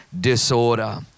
disorder